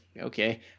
okay